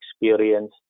experience